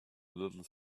little